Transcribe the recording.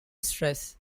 stress